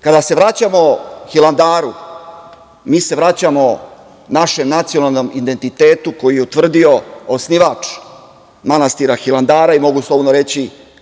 Kada se vraćamo Hilandaru mi se vraćamo našem nacionalnom identitetu koji je utvrdio osnivač manastira Hilandara i mogu slobodno reći